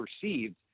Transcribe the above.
perceived